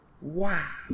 Wow